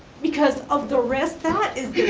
because of the risk, that is